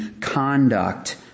conduct